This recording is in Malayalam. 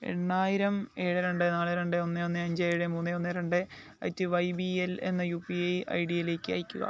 എണ്ണായിരം ഏഴ് രണ്ട് നാല് രണ്ട് ഒന്ന് ഒന്ന് അഞ്ച് ഏഴ് മൂന്ന് ഒന്ന് രണ്ട് അറ്റ് വൈ ബി എൽ എന്ന U P I I D യിലേക്ക് അയയ്ക്കുക